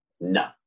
no